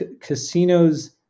casinos